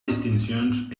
distincions